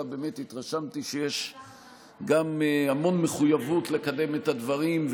התרשמתי שיש גם המון מחויבות לקדם את הדברים,